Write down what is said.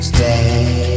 Stay